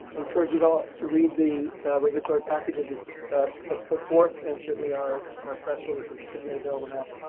encourage you to to read the regulatory packages, it's put forth and certainly are our press releases has been made available. now.